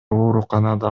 ооруканада